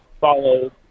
follow